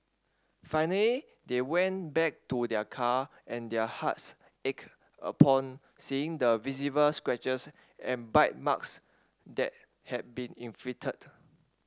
finally they went back to their car and their hearts ached upon seeing the visible scratches and bite marks that had been inflicted